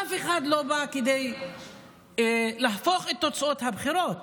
אף אחד לא בא כדי להפוך את תוצאות הבחירות,